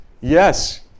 Yes